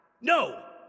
No